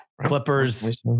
Clippers